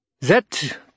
That